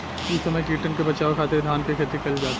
इ समय कीटन के बाचावे खातिर धान खेती कईल जाता